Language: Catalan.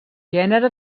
gènere